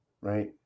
Right